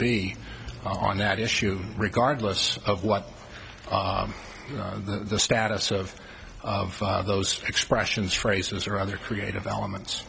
be on that issue regardless of what the status of of those expressions phrases or other creative elements